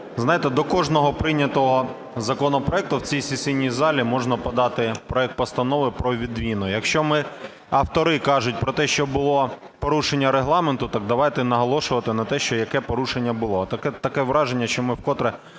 Знаєте, до кожного прийнятого законопроекту в цій сесійній залі можна подати проект постанови про відміну. Якщо ми… автори кажуть, що було порушення Регламенту, так давайте наголошувати на те, що яке порушення було. Таке враження, що ми вкотре